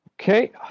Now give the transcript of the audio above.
Okay